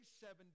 seven